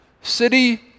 City